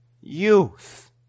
youth